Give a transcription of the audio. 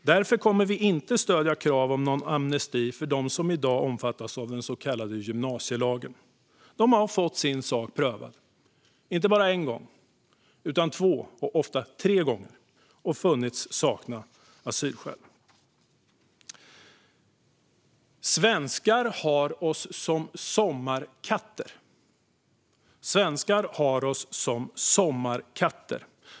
Därför kommer Kristdemokraterna inte att stödja krav på en amnesti för dem som i dag omfattas av den så kallade gymnasielagen. De har fått sin sak prövad inte bara en gång utan två gånger - ofta tre - och befunnits sakna asylskäl. "Svenskar har oss som sommarkatter."